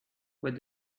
what